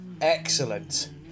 Excellent